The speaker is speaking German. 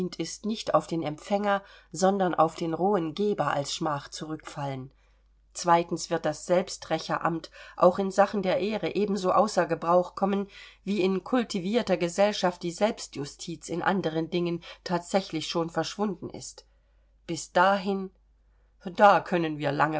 ist nicht auf den empfänger sondern auf den rohen geber als schmach zurückfallen zweitens wird das selbsträcheramt auch in sachen der ehre ebenso außer gebrauch kommen wie in kultivierter gesellschaft die selbstjustiz in anderen dingen thatsächlich schon verschwunden ist bis dahin da können wir lange